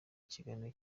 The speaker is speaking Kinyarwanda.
ikiganiro